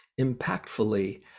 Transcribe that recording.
impactfully